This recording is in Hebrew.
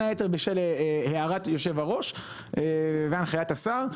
השאר בשל הערת היושב-ראש והנחיית השר,